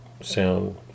sound